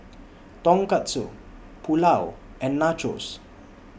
Tonkatsu Pulao and Nachos